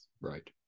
Right